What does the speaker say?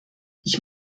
ich